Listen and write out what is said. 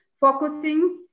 focusing